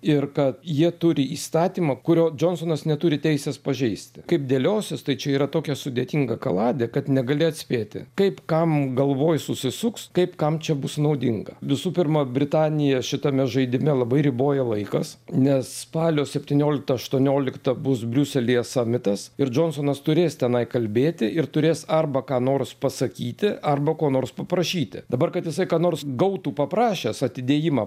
ir kad jie turi įstatymą kurio džonsonas neturi teisės pažeisti kaip dėliosis tai čia yra tokia sudėtinga kaladė kad negali atspėti kaip kam galvoj susisuks kaip kam čia bus naudinga visų pirma britanija šitame žaidime labai riboja laikas nes spalio septynioliktą aštuonioliktą bus briuselyje samitas ir džonsonas turės tenai kalbėti ir turės arba ką nors pasakyti arba ko nors paprašyti dabar kad jisai ką nors gautų paprašęs atidėjimą